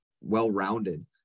well-rounded